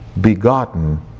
begotten